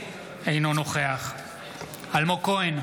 אינו נוכח אלמוג כהן,